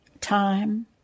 time